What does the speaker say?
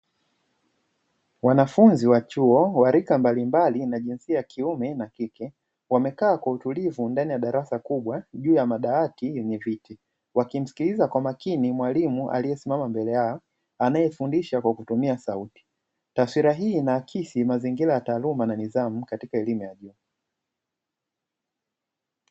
wanafunzi wa chuo wa rika mbalimbali, na jinsia ya kiume na kike wamekaa kwa utulivu ndani ya darasa kubwa juu ya madawati yenye viti wakimsikiliza kwa makini mwalimu aliesimama mbele yao, anaefundisha kwa kutumia sauti taswira hii inaakisi mazingira ya taaluma na nidhamu katika elimu ya juu.